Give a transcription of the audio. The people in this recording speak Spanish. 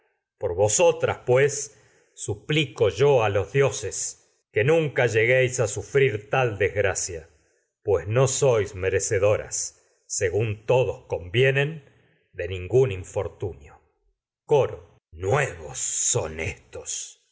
nunca vosotras pues suplico yo a los dioses que lleguéis a sufrir tal íó tragedias de sófocles desgracia pues no sois merecedoras según todos con vienen de ningún infortunio coro nuevos